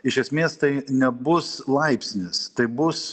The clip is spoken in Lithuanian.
iš esmės tai nebus laipsnis tai bus